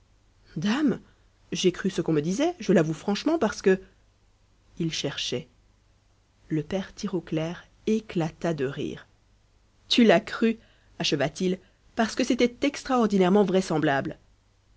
dame j'ai cru ce qu'on me disait je l'avoue franchement parce que il cherchait le père tirauclair éclata de rire tu l'as cru acheva t il parce que c'était extraordinairement vraisemblable